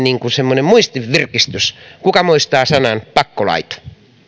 semmoinen muistinvirkistys kuka muistaa sanan pakkolait